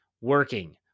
working